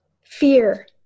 fear